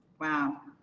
wow.